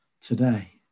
today